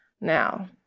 now